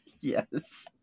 Yes